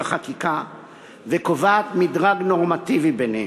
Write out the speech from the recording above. החקיקה וקובעת מדרג נורמטיבי ביניהם.